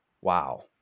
wow